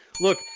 look